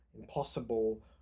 impossible